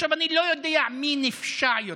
אני לא יודע מי נפשע יותר,